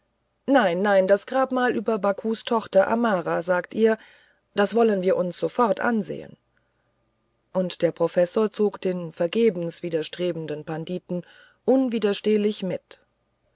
nein nein das grabmal über bakus tochter amara sagt ihr das wollen wir uns sofort ansehen und der professor zog den vergebens widerstrebenden panditen unwiderstehlich mit